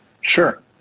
Sure